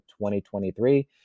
2023